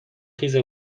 خیز